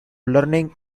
learning